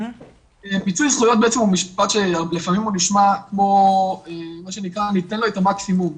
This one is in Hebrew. לפעמים המשפט נשמע כמו מה שנקרא ניתן לו את המקסימום.